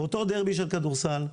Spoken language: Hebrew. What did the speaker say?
באותו דרבי של כדורסל חשבו,